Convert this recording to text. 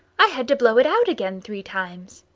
i had to blow it out again three times.